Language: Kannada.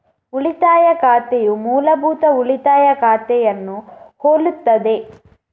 ಉಳಿತಾಯ ಖಾತೆಯು ಮೂಲಭೂತ ಉಳಿತಾಯ ಖಾತೆಯನ್ನು ಹೋಲುತ್ತದೆ